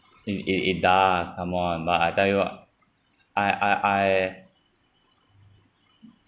if it it does come on but I tell you I I I